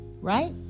Right